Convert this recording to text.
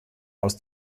aus